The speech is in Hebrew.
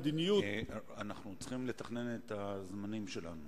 אנחנו צריכים לתכנן את הזמנים שלנו.